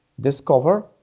discover